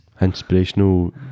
Inspirational